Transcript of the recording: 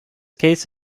case